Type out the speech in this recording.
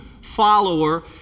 follower